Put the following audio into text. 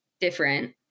different